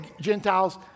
Gentiles